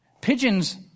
Pigeons